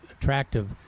attractive